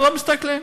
לא מסתכלים.